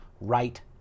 right